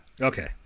Okay